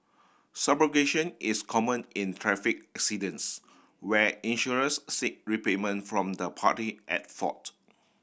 subrogation is common in traffic accidents where insurers seek repayment from the party at fault